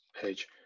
page